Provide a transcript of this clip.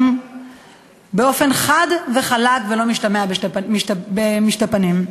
באופן חד וחלק ושאינו משתמע לשתי פנים,